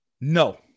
No